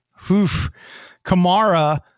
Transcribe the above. Kamara